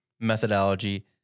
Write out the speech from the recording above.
methodology